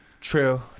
true